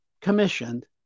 commissioned